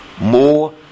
more